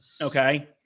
okay